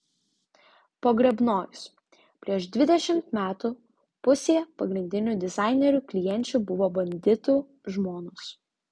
pogrebnojus prieš dvidešimt metų pusė pagrindinių dizainerių klienčių buvo banditų žmonos